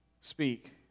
speak